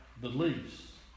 beliefs